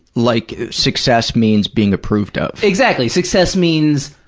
like success means being approved of. exactly, success means,